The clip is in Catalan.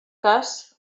cas